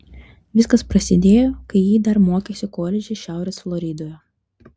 viskas prasidėjo kai ji dar mokėsi koledže šiaurės floridoje